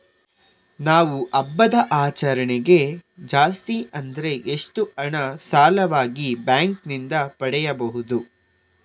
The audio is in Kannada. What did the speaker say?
ನಾವು ಹಬ್ಬದ ಆಚರಣೆಗೆ ಜಾಸ್ತಿ ಅಂದ್ರೆ ಎಷ್ಟು ಹಣ ಸಾಲವಾಗಿ ಬ್ಯಾಂಕ್ ನಿಂದ ಪಡೆಯಬಹುದು?